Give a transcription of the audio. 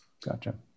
Gotcha